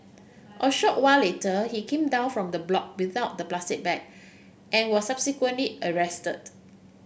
a short while later he came down from the block without the plastic bag and was subsequently arrested